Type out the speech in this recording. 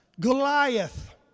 Goliath